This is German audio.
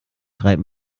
streit